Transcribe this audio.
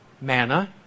manna